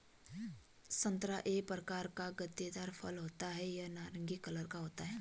संतरा एक प्रकार का गूदेदार फल होता है यह नारंगी कलर का होता है